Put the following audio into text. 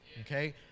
Okay